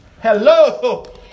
Hello